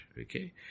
Okay